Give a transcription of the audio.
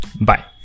Bye